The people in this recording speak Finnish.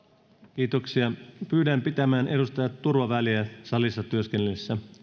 pyydän edustajat pitämään turvaväliä salissa työskennellessänne